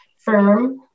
firm